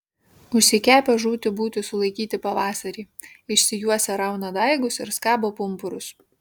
užsikepę žūti būti sulaikyti pavasarį išsijuosę rauna daigus ir skabo pumpurus